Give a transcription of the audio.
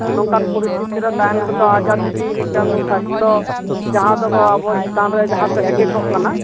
ᱱᱚᱝᱠᱟᱱ ᱯᱚᱨᱤᱥᱛᱷᱤᱛᱤ ᱨᱮ ᱛᱟᱦᱮᱱ ᱨᱮᱫᱚ ᱟᱡᱟᱨ ᱡᱩᱫᱤ ᱢᱤᱫᱴᱟᱱ ᱥᱟᱥᱛᱷᱚ ᱡᱟᱦᱟᱸ ᱫᱚ ᱟᱵᱚ ᱪᱮᱛᱟᱱ ᱨᱮ ᱡᱟᱦᱟᱸᱛᱮ ᱦᱮᱰᱮᱠᱚᱜ ᱠᱟᱱᱟ